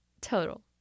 Total